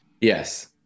yes